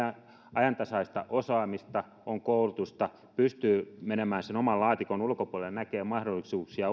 ajantasaista osaamista on koulutusta pystyy menemään sen oman laatikon ulkopuolelle ja näkee mahdollisuuksia